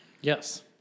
Yes